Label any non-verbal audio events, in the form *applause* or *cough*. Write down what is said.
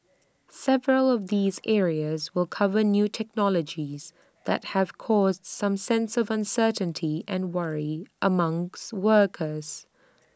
several of these areas will cover new technologies that have caused some sense of uncertainty and worry among *unintelligible* workers